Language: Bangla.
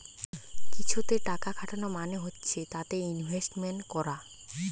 কিছুতে টাকা খাটানো মানে হচ্ছে তাতে ইনভেস্টমেন্ট করা